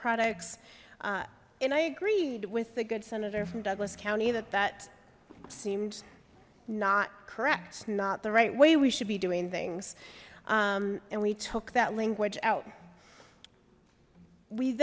products and i agreed with the good senator from douglas county that that seemed not correct not the right way we should be doing things and we took that language out we